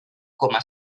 coma